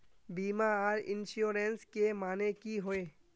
बीमा आर इंश्योरेंस के माने की होय?